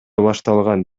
башталган